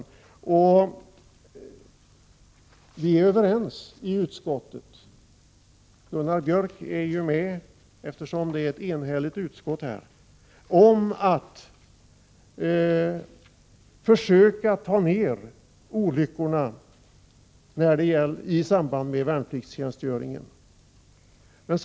Vi är i utskottet överens — utskottet, där Gunnar Björk ingår, är på den punkten enhälligt — om att försöka få ned antalet olyckor i samband med värnpliktstjänstgöringen.